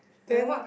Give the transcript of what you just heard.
then